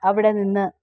അവിടെനിന്ന്